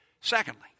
Secondly